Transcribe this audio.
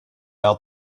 out